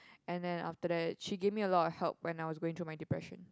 and then after that she gave me a lot of help when I was going through my depression